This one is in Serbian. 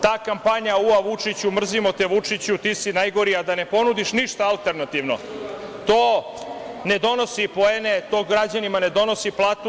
Ta kampanja – ua Vučiću, mrzimo te Vučiću, ti si najgori, a da ne ponudiš ništa alternativno, to ne donosi poene, to građanima ne donosi platu.